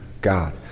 God